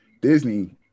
Disney